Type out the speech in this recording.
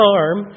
arm